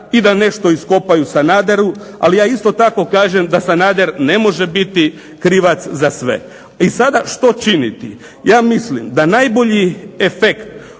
i da nešto iskopaju Sanaderu, ali ja isto tako kažem da Sanader ne može biti krivac za sve. I sada što činiti? Ja mislim da najbolji efekt